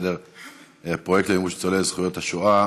לסדר-היום: פרויקט למימוש זכויות ניצולי השואה,